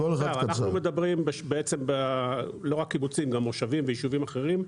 אנחנו מדברים לא רק על הקיבוצים אלא גם על מושבים וישובים אחרים.